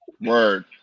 Word